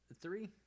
Three